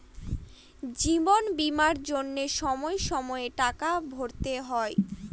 জীবন বীমার জন্য সময়ে সময়ে টাকা ভরতে হয়